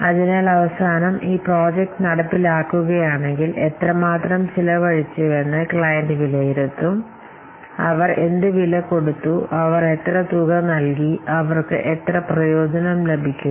അതിനാൽ അവസാനം ഈ പ്രോജക്റ്റ് നടപ്പിലാക്കിയ ശേഷം അവർ എത്രമാത്രം ചെലവഴിച്ചുവെന്ന് ക്ലയന്റ് ഇത് വിലയിരുത്തും അവർ എന്ത് വില കൊടുത്തു അവർ എത്ര തുക നൽകി അവർക്ക് എത്ര പ്രയോജനം ലഭിക്കുന്നു